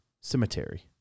cemetery